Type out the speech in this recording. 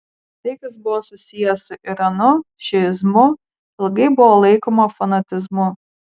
tai kas buvo susiję su iranu šiizmu ilgai buvo laikoma fanatizmu